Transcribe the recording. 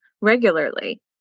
regularly